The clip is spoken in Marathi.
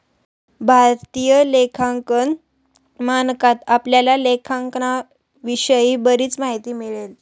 भारतीय लेखांकन मानकात आपल्याला लेखांकनाविषयी बरीच माहिती मिळेल